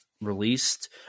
released